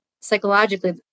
psychologically